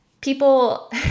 people